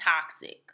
toxic